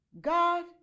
God